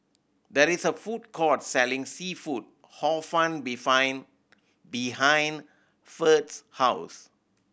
there is a food court selling seafood Hor Fun behind Ferd's house